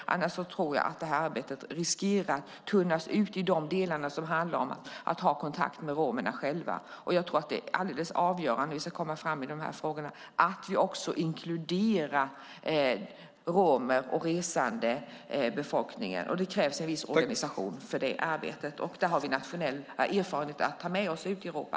Annars riskerar arbetet att tunnas ut i de delar som handlar om att ha kontakt med romerna själva. Det är alldeles avgörande om vi ska komma fram i de här frågorna att vi inkluderar romer och resandebefolkningen. Det krävs en viss organisation för det arbetet. Där har vi nationella erfarenheter att ta med oss ut i Europa.